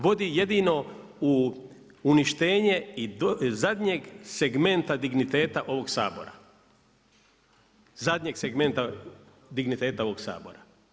Vodi jedino u uništenje i zadnjeg segmenta digniteta ovog Sabora, zadnjeg segmenta digniteta ovog Sabora.